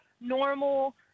normal